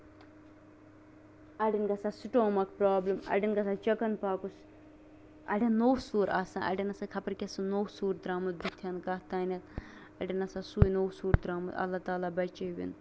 اَڈین گژھان stomach problem اَڈین گژھان چِکَن پوٚکُس اَڈین نوسوٗر آسان اَڈین آسان خبر کیٛاہ سُہ نوسوٗر درٛامُت بٔتھیٚن کَتھ تانۍ اَڈین آسان سُے نوسوٗر درٛامُت اللہ تالعالی بَچٲوٕنۍ